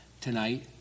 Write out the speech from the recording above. Tonight